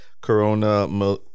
Corona